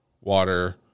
water